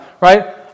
right